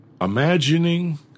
imagining